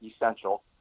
essential